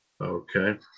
Okay